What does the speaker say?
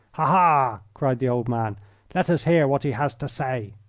ha, ha! cried the old man let us hear what he has to say!